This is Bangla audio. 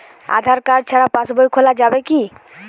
আধার কার্ড ছাড়া পাশবই খোলা যাবে কি?